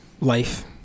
life